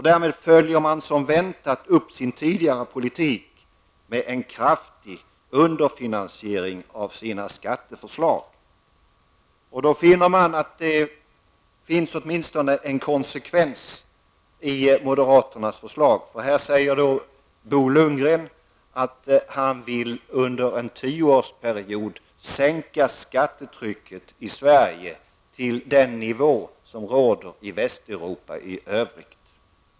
Därmed följer man som väntat upp sin tidigare politik med en kraftig underfinansiering av sina skatteförslag. Det finns åtminstone en konsekvens i moderaternas förslag. Bo Lundgren säger att han under en tioårsperiod vill sänka skattetrycket i Sverige till den nivå som råder i Västeuropa i övrigt.